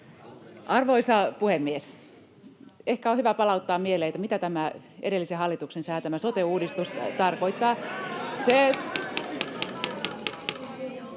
Arvoisa puhemies! Ehkä on hyvä palauttaa mieleen, mitä tämä edellisen hallituksen säätämä sote-uudistus tarkoittaa.